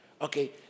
Okay